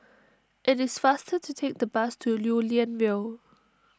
it is faster to take the bus to Lew Lian Vale